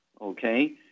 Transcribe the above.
okay